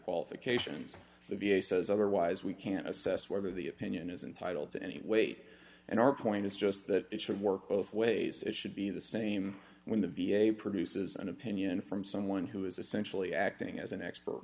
qualifications the v a says otherwise we can't assess whether the opinion is entitle to any weight and our point is just that it should work both ways it should be the same when the v a produces an opinion from someone who is essentially acting as an expert